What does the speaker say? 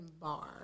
bar